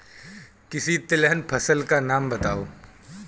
किसी तिलहन फसल का नाम बताओ